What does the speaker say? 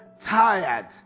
tired